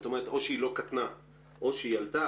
זאת אומרת, או שהיא לא קטנה או שהיא עלתה.